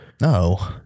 No